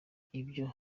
ibyo